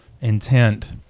intent